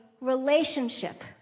relationship